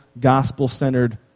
gospel-centered